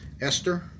Esther